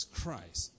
Christ